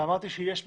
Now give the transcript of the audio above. ואמרתי שיש מקרים,